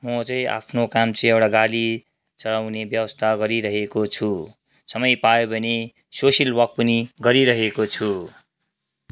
म चाहिँ आफ्नो काम चाहिँ एउटा गाडी चलाउने व्यवस्था गरिरहेको छु समय पायो भने सोसियल वर्क पनि गरिरहेको छु